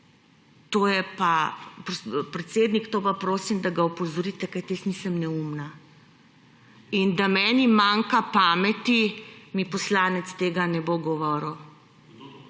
to je pa … Predsednik, to pa prosim, da ga opozorite, kajti jaz nisem neumna. In da meni manjka pameti, mi poslanec tega ne bo govoril.